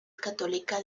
católica